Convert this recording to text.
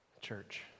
Church